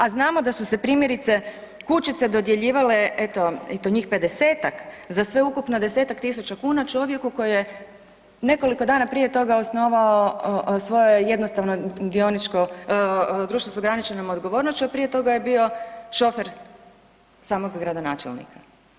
A znamo da su se primjerice kućice dodjeljivale, eto i to njih 50-tak za sveukupno 10.000 kuna čovjeku koji je nekoliko dana prije toga osnovao svoje jednostavno dioničko, društvo s ograničenom odgovornošću, a prije toga je bio šofer samog gradonačelnika.